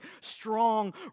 strong